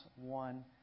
one